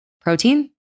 protein